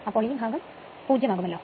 അപ്പോൾ ഈ ഭാഗം 0 ആകുമലോ